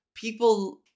People